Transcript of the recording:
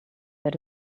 that